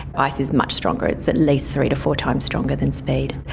ice is much stronger, it's at least three to four times stronger than speed.